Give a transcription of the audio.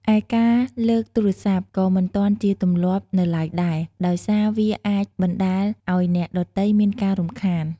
ឯការលើកទូរសព្ទក៏មិនទាន់ជាទម្លាប់នៅឡើយដែរ ដោយសារវាអាចបណ្តាលអោយអ្នកដទៃមានការរំខាន ។